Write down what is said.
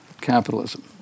capitalism